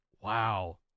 Wow